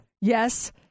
Yes